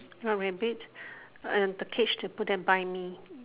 not rabbit and the cage to put them by me